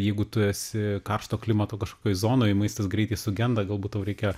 jeigu tu esi karšto klimato kažkokioj zonoj maistas greitai sugenda galbūt tau reikia